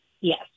Yes